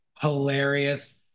hilarious